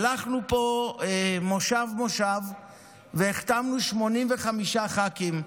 הלכנו פה מושב-מושב והחתמנו 85 ח"כים,